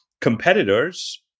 competitors